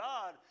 God